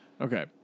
Okay